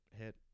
hit